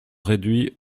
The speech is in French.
réduits